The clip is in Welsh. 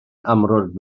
amrwd